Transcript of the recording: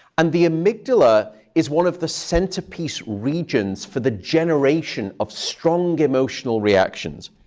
and the amygdala is one of the centerpiece regions for the generation of strong, emotional reactions,